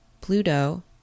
Pluto